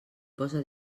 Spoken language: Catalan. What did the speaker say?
posa